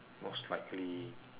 most likely